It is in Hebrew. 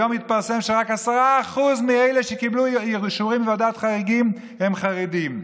היום התפרסם שרק 10% מאלה שקיבלו אישורים מוועדת חריגים הם חרדים.